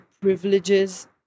privileges